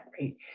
right